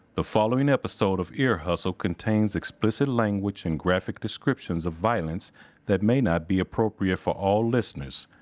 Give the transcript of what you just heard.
the following episode of ear hustle contains explicit language and graphic descriptions of violence that may not be appropriate for all listeners.